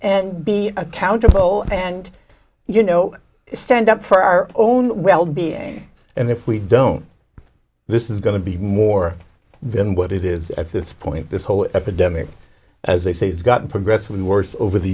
and be accountable and you know stand up for our own well being and if we don't this is going to be more than what it is at this point this whole epidemic as they say has gotten progressively worse over the